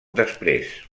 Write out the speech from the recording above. després